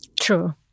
true